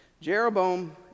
Jeroboam